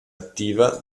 attiva